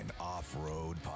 Off-Road